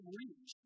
reach